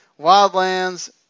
Wildlands